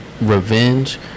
revenge